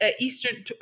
Eastern